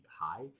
high